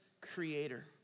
creator